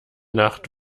nacht